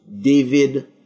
David